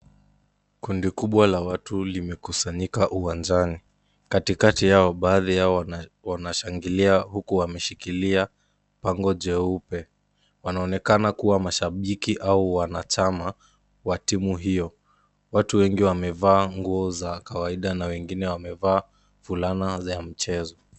Kundi kubwa la watu limekusanyika uwanjani, katikati yao baadhi yao wanashangilia huku wameshikilia bango jeupe, wanaonekana kua mashabiki au wanachana wa timu hiyo, watu wengi wamevaa nguo za kawaida na wengine wamevaa fulana za mchezo.